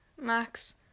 Max